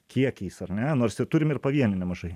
kiekiais ar ne nors i turim ir pavienių nemažai